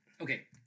Okay